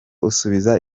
usubiza